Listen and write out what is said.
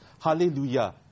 hallelujah